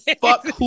Fuck